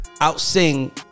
out-sing